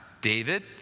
David